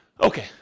okay